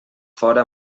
fora